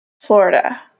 Florida